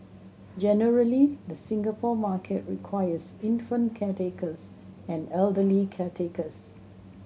generally the Singapore market requires infant caretakers and elderly caretakers